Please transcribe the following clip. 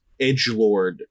edgelord